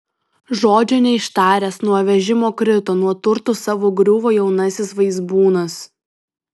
žodžio neištaręs nuo vežimo krito nuo turtų savo griuvo jaunasis vaizbūnas